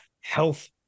health